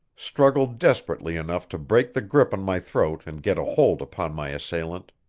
struggled desperately enough to break the grip on my throat and get a hold upon my assailant.